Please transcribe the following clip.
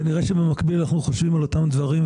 כנראה שבמקביל אנחנו חושבים על אותם דברים,